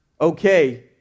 okay